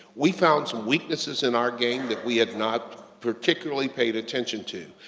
we found some weaknesses in our game that we had not particularly paid attention to.